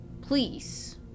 Please